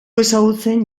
ezagutzen